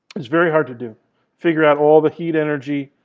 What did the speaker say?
it's very hard to do figure out all the heat energy.